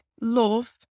love